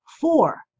Four